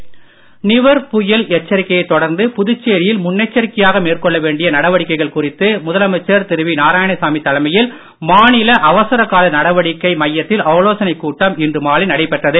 புயல் ஆலோசனை புயல் எச்சரிக்கையைத் தொடர்ந்து புதுச்சேரியில் நிவர் முன்னெச்சரிக்கையாக மேற்கொள்ள வேண்டிய நடவடிக்கைகள் குறித்து முதலமைச்சர் திரு நாராயணசாமி தலைமையில் மாநில அவசர கால நடவடிக்கை முகாமில் ஆலோசனைக் கூட்டம் இன்று நடைபெற்றது